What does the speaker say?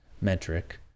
metric